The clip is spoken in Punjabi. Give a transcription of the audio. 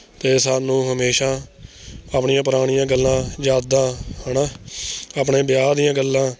ਅਤੇ ਸਾਨੂੰ ਹਮੇਸ਼ਾਂ ਆਪਣੀਆਂ ਪੁਰਾਣੀਆਂ ਗੱਲਾਂ ਯਾਦਾਂ ਹੈ ਨਾ ਆਪਣੇ ਵਿਆਹ ਦੀਆਂ ਗੱਲਾਂ